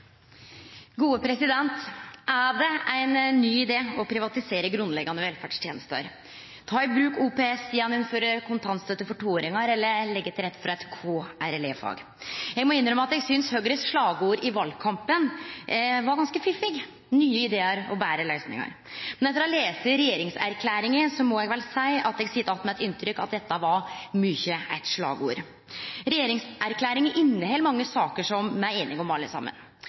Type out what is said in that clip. Er det ein ny idé å privatisere grunnleggjande velferdstenester, ta i bruk OPS, innføre kontantstøtte for toåringar igjen eller leggje til rette for eit KRLE-fag? Eg må innrømme at eg synest Høgre sitt slagord i valkampen var ganske fiffig – nye idear og betre løysingar – men etter å ha lese regjeringserklæringa må eg vel seie at eg sit att med eit inntrykk av at dette var mykje eit slagord. Regjeringserklæringa inneheld mange saker som me er einige om alle saman,